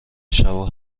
شبو